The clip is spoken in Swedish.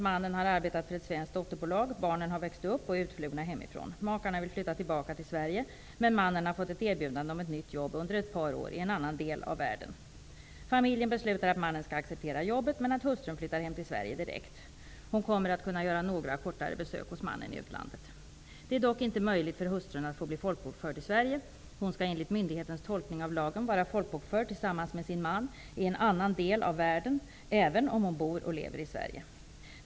Mannen har arbetat för ett svenskt dotterbolag. Barnen har växt upp och är utflugna hemifrån. Makarna vill flytta tillbaka till Sverige, men mannen har fått ett erbjudande om ett nytt jobb under ett par år i en annan del av världen. Familjen beslutar att mannen skall acceptera jobbet, men att hustrun flyttar hem till Sverige direkt. Hon kommer att kunna göra några kortare besök hos mannen i utlandet. Det är dock inte möjligt för hustrun att få bli folkbokförd i Sverige. Hon skall enligt myndighetens tolkning av lagen vara folkbokförd tillsammans med sin man i en annan del av världen även om hon bor och lever i Sverige.